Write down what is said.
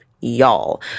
y'all